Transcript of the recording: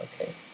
okay